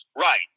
Right